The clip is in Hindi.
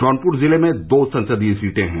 जौनपुर जिले में दो संसदीय सीटे हैं